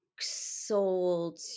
sold